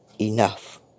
enough